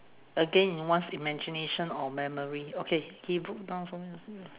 again in one's imagination or memory okay he broke down sobbing